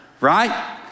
right